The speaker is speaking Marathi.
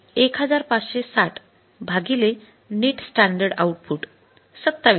ती असेल १५६० भागिले नेट स्टॅंडर्ड आउटपुट २७ युनिट्स